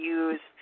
use